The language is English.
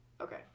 Okay